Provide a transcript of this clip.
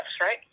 right